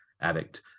addict